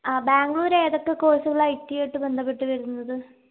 ബാംഗ്ലൂര് ഏതൊക്കെ കോഴ്സുകളാണ് ഐടിയായിട്ട് ബന്ധപെട്ട് വരുന്നത്